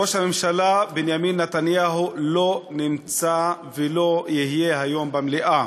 ראש הממשלה בנימין נתניהו לא נמצא ולא יהיה היום במליאה,